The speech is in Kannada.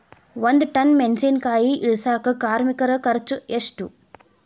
ಒಂದ್ ಟನ್ ಮೆಣಿಸಿನಕಾಯಿ ಇಳಸಾಕ್ ಕಾರ್ಮಿಕರ ಖರ್ಚು ಎಷ್ಟು?